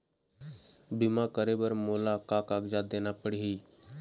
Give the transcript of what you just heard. बीमा करे बर मोला का कागजात देना पड़ही?